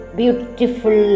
beautiful